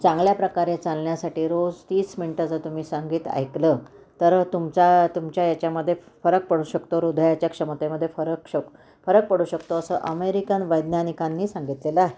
चांगल्या प्रकारे चालण्यासाठी रोज तीस मिनटं जर तुम्ही सांगीत ऐकलं तर तुमचा तुमच्या याच्यामध्ये फरक पडू शकतो हृदयाच्या क्षमतेमध्ये फरक शक फरक पडू शकतो असं अमेरिकन वैज्ञानिकांनी सांगितलेलं आहे